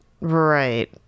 right